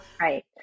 right